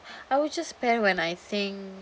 I will just spend when I think